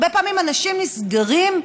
הרבה פעמים אנשים נסגרים בתוכם,